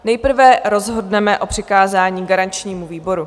Nejprve rozhodneme o přikázání garančnímu výboru.